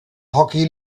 hockey